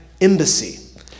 embassy